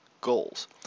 goals